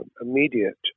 immediate